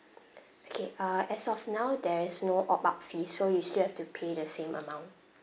okay uh as of now there is no opt out fee so you still have to pay the same amount